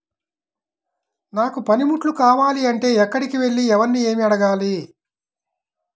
నాకు పనిముట్లు కావాలి అంటే ఎక్కడికి వెళ్లి ఎవరిని ఏమి అడగాలి?